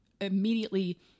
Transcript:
immediately